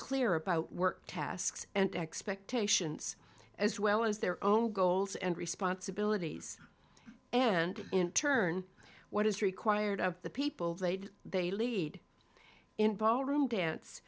clear about work tasks and expectations as well as their own goals and responsibilities and in turn what is required of the people they do they lead in ballroom dance